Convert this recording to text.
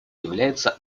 является